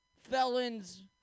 felons